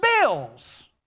bills